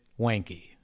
wanky